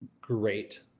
great